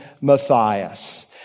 Matthias